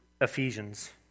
Ephesians